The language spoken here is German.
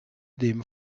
dem